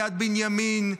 מיד בנימין,